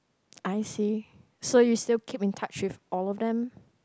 I see so you still keep in touch with all of them